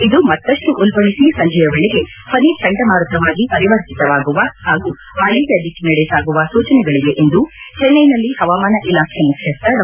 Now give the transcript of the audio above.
ಇದು ಮತ್ತಪ್ಪು ಉಲ್ಲಣಿಸಿ ಸಂಜೆಯ ವೇಳೆಗೆ ಫನಿ ಚಂಡಮಾರುತವಾಗಿ ಪರಿವರ್ತಿತವಾಗುವ ಹಾಗೂ ವಾಯವ್ಯ ದಿಕ್ಕಿನೆಡೆ ಸಾಗುವ ಸೂಚನೆಗಳವೆ ಎಂದು ಚೆನ್ನೆನಲ್ಲಿ ಹವಾಮಾನ ಇಲಾಖೆ ಮುಖ್ಯಸ್ಥ ಡಾ